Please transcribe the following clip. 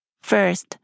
First